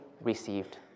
received